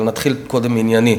אבל נתחיל קודם עניינית.